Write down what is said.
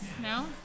No